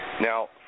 Now